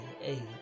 hey